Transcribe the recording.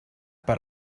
per